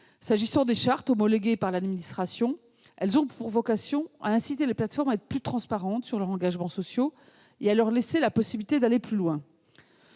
Quant aux chartes, homologuées par l'administration, elles ont vocation à inciter les plateformes à être plus transparentes sur leurs engagements sociaux et à leur laisser la possibilité d'aller plus loin.